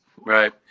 Right